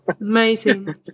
Amazing